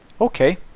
Okay